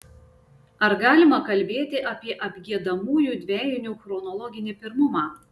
ar galima kalbėti apie apgiedamųjų dvejinių chronologinį pirmumą